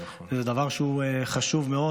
זה דבר שהוא חשוב מאוד.